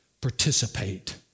participate